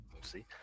see